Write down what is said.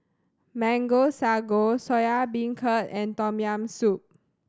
Mango Sago Soya Beancurd and Tom Yam Soup